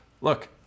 look